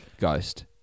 Ghost